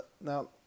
now